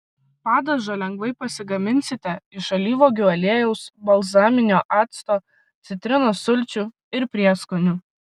padažą lengvai pasigaminsite iš alyvuogių aliejaus balzaminio acto citrinos sulčių ir prieskonių